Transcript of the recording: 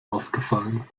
ausgefallen